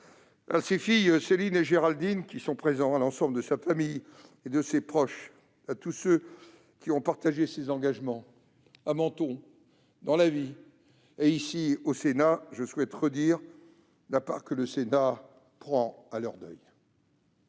à ses filles Céline et Géraldine, ici présentes, à l'ensemble de sa famille et de ses proches, à tous ceux qui ont partagé ses engagements, à Menton, dans la vie, et ici, au Sénat, je souhaite redire la part que le Sénat prend à leur deuil.